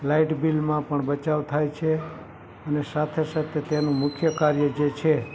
light બિલમાં પણ બચાવ થાય છે અને સાથે સાથે તેનું મુખ્ય કાર્ય જે છે